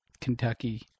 Kentucky